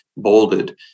bolded